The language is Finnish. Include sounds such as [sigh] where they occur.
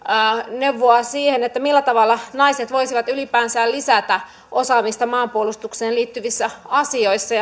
neuvoa siihen millä tavalla naiset voisivat ylipäänsä lisätä osaamista maanpuolustukseen liittyvissä asioissa [unintelligible]